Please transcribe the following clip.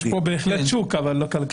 יש פה בהחלט שוק, אבל לא כלכלי.